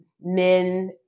men